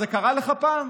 זה קרה לך פעם?